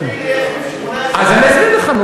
תסביר לי איך מ-18% אני אסביר לך.